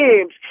teams